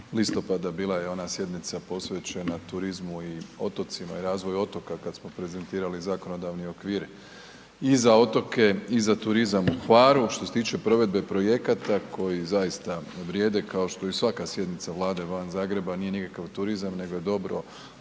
listopada, bila je i ona sjednica posvećena turizmu i otocima i razvoju otoka kada smo prezentirali zakonodavni okvir i za otoke i za turizam u Hvaru. Što se tiče provedbe projekata koji zaista vrijede kao što i svaka sjednica Vlade van Zagreba nije nikakav turizam nego je dobro,